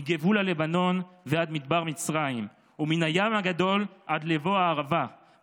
מגבול הלבנון ועד מדבר מצרים ומן הים הגדול עד לבוא הערבה,